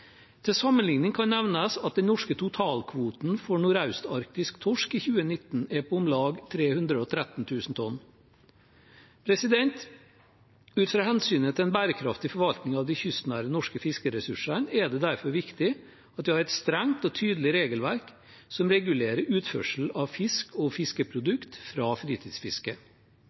Til sammenligning kan nevnes at den norske totalkvoten for nordøstarktisk torsk i 2019 er på om lag 313 000 tonn. Ut fra hensynet til en bærekraftig forvaltning av de kystnære norske fiskeressursene er det derfor viktig at vi har et strengt og tydelig regelverk som regulerer utførselen av fisk og fiskeprodukter fra fritidsfiske.